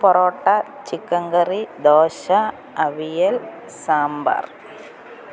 parotta chicken curry dosa avial sambar